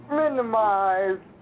minimize